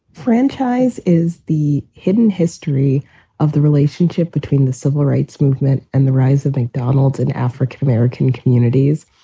franchise. is the hidden history of the relationship between the civil rights movement and the rise of mcdonald's in african-american communities?